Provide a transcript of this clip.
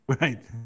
Right